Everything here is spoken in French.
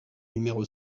numéro